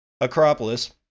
Acropolis